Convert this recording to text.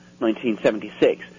1976